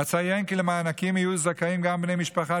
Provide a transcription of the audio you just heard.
אציין כי למענקים יהיו זכאים גם בני משפחה